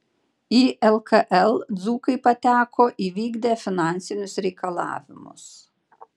į lkl dzūkai pateko įvykdę finansinius reikalavimus